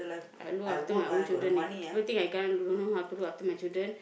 I look after my own children eh good thing I can don't know how to look after my children